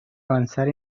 avanzar